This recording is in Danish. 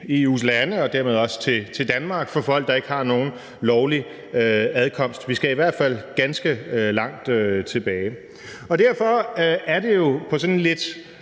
EU's lande og dermed også til Danmark for folk, der ikke har nogen lovlig adkomst; vi skal i hvert fald ganske langt tilbage. Derfor er det jo på sådan en lidt